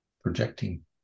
projecting